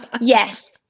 Yes